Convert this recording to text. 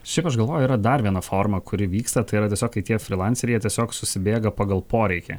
šiaip aš galvoju yra dar viena forma kuri vyksta tai yra tiesiog kai tie frylanceriai jie tiesiog susibėga pagal poreikį